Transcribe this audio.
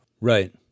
Right